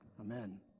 Amen